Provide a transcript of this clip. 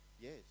yes